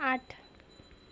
आठ